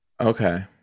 Okay